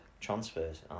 transfers